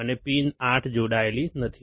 અને પિન 8 જોડાયેલ નથી